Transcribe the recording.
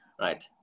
Right